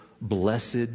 blessed